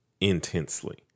Intensely